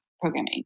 programming